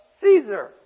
Caesar